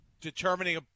determining